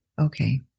Okay